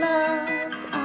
Loves